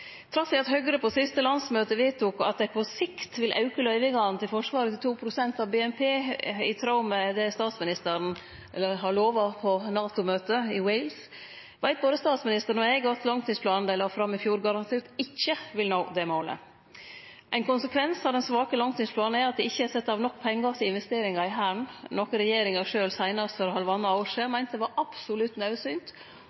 Trass i at Høgre på siste landsmøte vedtok at dei på sikt vil auke løyvingane til Forsvaret til 2 pst. av BNP, i tråd med det statsministeren lova på NATO-møtet i Wales, veit både statsministeren og eg at dei med langtidsplanen dei la fram i fjor, garantert ikkje vil nå det målet. Ein konsekvens av den svake langtidsplanen er at det ikkje er sett av nok pengar til investeringar i Hæren, noko regjeringa sjølv seinast for halvanna år sidan